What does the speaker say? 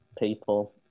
people